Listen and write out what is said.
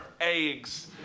eggs